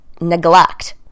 neglect